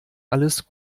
alles